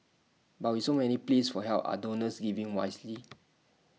but with so many pleas for help are donors giving wisely